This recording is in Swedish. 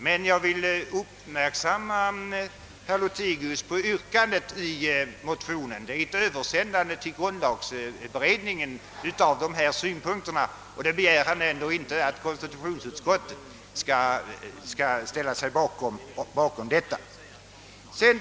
Men jag vill göra herr Lothigius uppmärksam på att det i motionen yrkas att dessa synpunkter skall delges :grundlagberedningen. Han begär väl ändå inte att konstitutionsutskottet skall ställa sig bakom ett sådant yrkande.